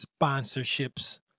sponsorships